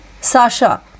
Sasha